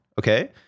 okay